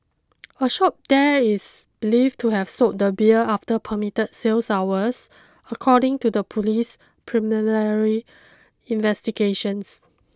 a shop there is believed to have sold the beer after permitted sales hours according to the police's preliminary investigations